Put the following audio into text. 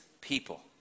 people